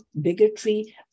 bigotry